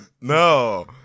No